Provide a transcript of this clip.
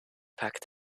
packed